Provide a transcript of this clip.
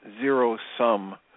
zero-sum